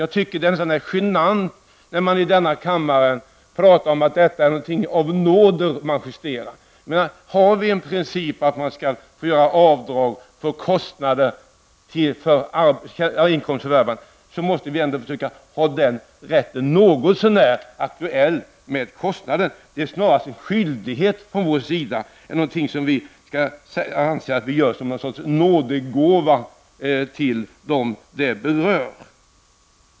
Jag tycker att det är genant när man i denna kammare säger att detta avdrag är någonting som man justerar av nåder. Har vi en princip som säger att man skall få göra avdrag för kostnader för inkomstens förvärvande, måste vi ha den rätten något så när anpassad till aktuella kostnader. Det är snarare en skyldighet från vår sida än någonting som skall anses som en nådgåva till dem det berör.